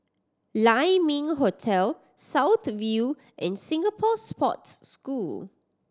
Lai Ming Hotel South View and Singapore Sports School